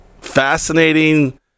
fascinating